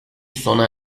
sona